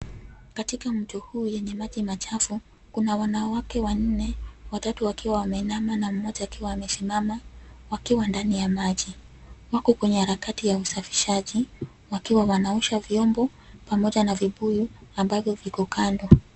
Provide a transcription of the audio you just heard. Katika mto huu yenye maji machafu, kuna wanawake wanne, watatu wakiwa wameinama na mmoja akiwa amesimama wakiwa ndani ya maji. Wako kwenye harakati za usafishaji wakiwa wanaosha vyombo pamoja na vibuyu ambavyo viko kando.